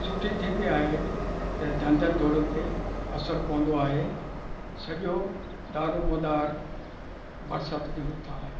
सुठी थींदी आहे त धंधनि धोड़नि ते असर पवंदो आहे सॼो दारो मदार बरिसात जे मथां आहे